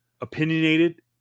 opinionated